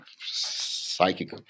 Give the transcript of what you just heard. psychic